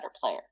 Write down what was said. player